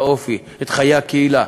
האופי וחיי הקהילה.